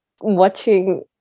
watching